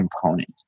component